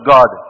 God